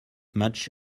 much